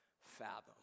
fathom